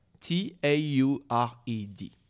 T-A-U-R-E-D